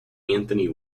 anthony